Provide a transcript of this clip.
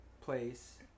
place